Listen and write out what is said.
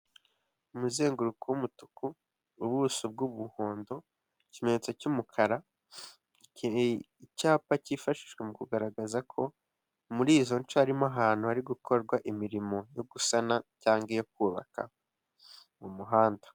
Umuzenguruko w'umutuku, ubuso bw'umuhondo, ikimenyetso cy'umukara, icyapa cyifashishwa mu kugaragaza ko muri izo nshe harimo ahantu hari gukorwa imirimo yo gusana cyangwa iyo kubaka umuhanda.